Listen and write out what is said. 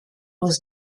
was